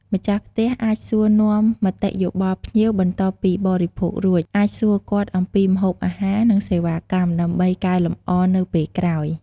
ម្ចាស់ផ្ទះអាចសួរនាំមតិយោបល់ភ្ញៀវបន្ទាប់ពីបរិភោគរួច អាចសួរគាត់អំពីម្ហូបអាហារ និងសេវាកម្ម ដើម្បីកែលម្អនៅពេលក្រោយ។